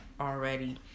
already